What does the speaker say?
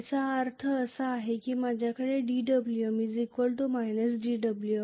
याचा अर्थ असा आहे की माझ्याकडे dWm dWf असेल